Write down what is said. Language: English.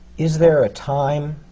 is there a time,